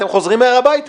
אתם חוזרים מהר הביתה.